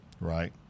Right